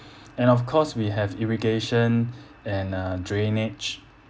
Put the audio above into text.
and of course we have irrigation and uh drainage